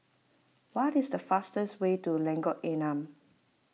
what is the fastest way to Lengkok Enam